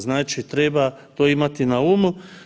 Znači treba to imati na umu.